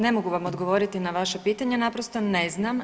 Ne mogu vam odgovoriti na vaše pitanje, naprosto ne znam.